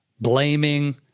blaming